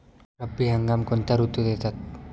रब्बी हंगाम कोणत्या ऋतूत येतात?